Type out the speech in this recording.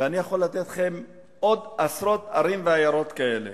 ואני יכול לתת לכם עוד עשרות ערים ועיירות כאלה.